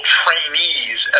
trainees